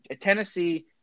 Tennessee